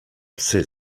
psy